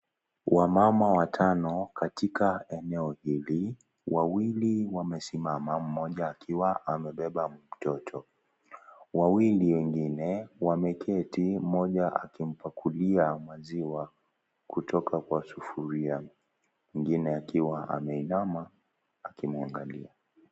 Wamama, watano katika eneo hili, wawili wamesimama, mmoja akiwa amebeba mtoto. Wawili wengine, wameketi, mmoja akimpakulia maziwa, kutoka kwa sufuria. Mwingine akiwa ameinama , akimwangalia.